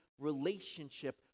relationship